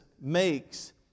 makes